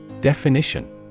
Definition